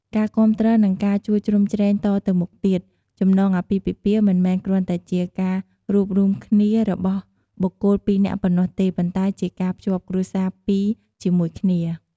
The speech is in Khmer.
ការគាំទ្រ និងការជួយជ្រោមជ្រែងតទៅមុខទៀត ចំណងអាពាហ៍ពិពាហ៍មិនមែនគ្រាន់តែជាការរួបរួមគ្នារបស់បុគ្គលពីរនាក់ប៉ុណ្ណោះទេ ប៉ុន្តែជាការភ្ជាប់គ្រួសារពីរជាមួយគ្នា។